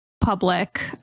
public